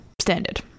Standard